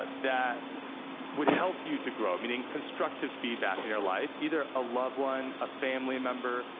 ah that would help you to grow, meaning constructive feedback in your life, either a loved one, a family member,